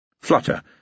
Flutter